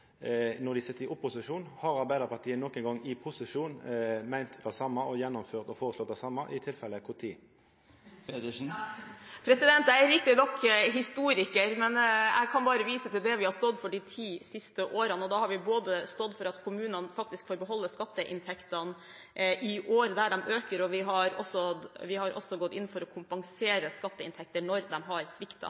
når dei sit i opposisjon, har Arbeiderpartiet nokon gong i posisjon meint det same og gjennomført og føreslått det same? I tilfelle, kva tid? Jeg er riktignok historiker, men jeg kan bare vise til det vi har stått for de ti siste årene. Da har vi stått for at kommunene får beholde skatteinntektene i år der de øker, og vi har også gått inn for å kompensere